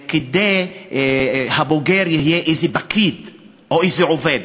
כדי שהבוגר יהיה איזה פקיד או איזה עובד,